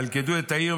וילכדו את העיר,